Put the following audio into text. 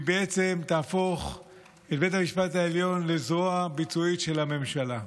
היא בעצם תהפוך את בית המשפט העליון לזרוע ביצועית של הממשלה.